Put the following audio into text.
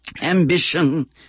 ambition